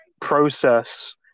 process